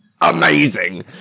amazing